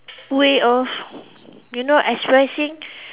way of you know expressing